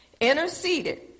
interceded